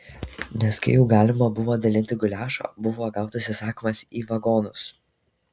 nes kai jau galima buvo dalinti guliašą buvo gautas įsakymas į vagonus